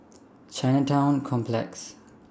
Chinatown Complex